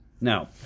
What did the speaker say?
Now